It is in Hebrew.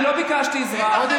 אני לא ביקשתי עזרה.